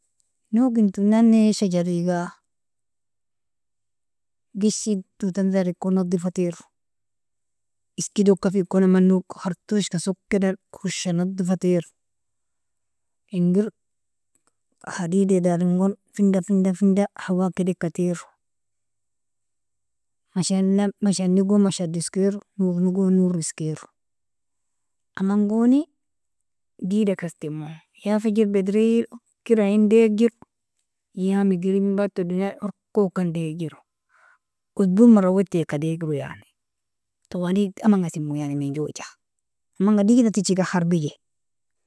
Noginton nanni shajariga, gashi tootani dariko nadifatiro isked okafikon amanog khartoshka sokida rosha nadifatiro, inger hadedi daringon finda, finda, finda hawa kidekatiro mashanigon mashado iskero, norigon nor iskero, amangoni digda kirtimo ya fajer badri orkera indger ya migribin bata donia orkokan digjero osboa mara wateka digro yani tawali amanga timo yani manjoja amanga digda tijkan kharbije.